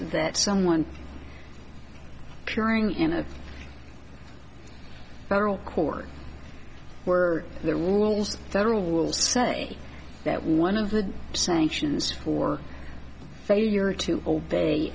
that someone curing in a federal court where the rules federal rules say that one of the sanctions for failure to obey